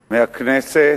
מהכנסת,